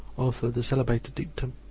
author of the celebrated dictum,